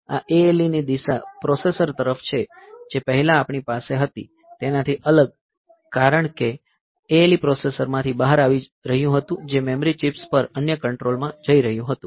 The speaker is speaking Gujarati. આ ALE ની દિશા પ્રોસેસર તરફ છે જે પહેલા આપણી પાસે હતી તેનાથી અલગ કારણ કે ALE પ્રોસેસરમાંથી બહાર આવી રહ્યું હતું જે મેમરી ચિપ્સ પર અન્ય કંટ્રોલ માં જઈ રહ્યું હતું